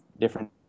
different